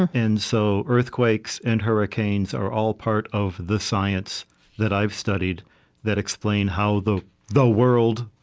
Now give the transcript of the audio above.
and so earthquakes and hurricanes are all part of the science that i've studied that explain how the the world,